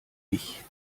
ich